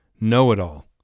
know-it-all